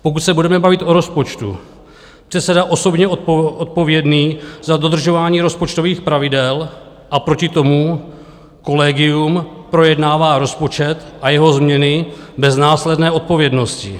Pokud se budeme bavit o rozpočtu, předseda je osobně odpovědný za dodržování rozpočtových pravidel a proti tomu kolegium projednává rozpočet a jeho změny bez následné odpovědnosti.